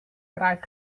kraait